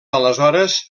aleshores